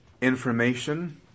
information